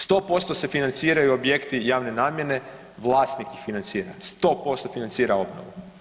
100% se financiraju objekti javne namjene, vlasnik iz financira, 100% financira obnovu.